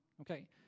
Okay